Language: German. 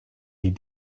die